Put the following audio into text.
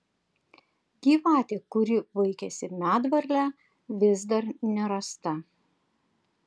gyvatė kuri vaikėsi medvarlę vis dar nerasta